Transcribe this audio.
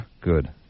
Good